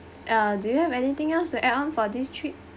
uh do you have anything else to add on for this trip